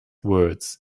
words